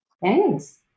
Thanks